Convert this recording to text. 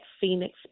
phoenix